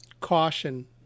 caution